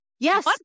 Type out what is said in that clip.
Yes